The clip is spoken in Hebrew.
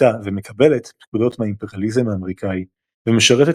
מוטה ומקבלת פקודות מהאימפריאליזם האמריקאי ומשרתת